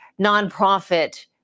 nonprofit